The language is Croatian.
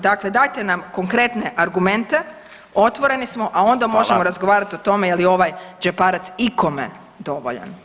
Dakle, dajte nam konkretne argumente, otvoreni smo a onda možemo razgovarati o tome je li ovaj džeparac ikome dovoljan.